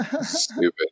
Stupid